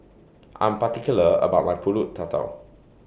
I'm particular about My Pulut Tatal